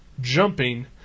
jumping